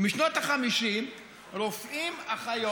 "משנות ה-50 רופאים, אחיות,